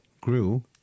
grew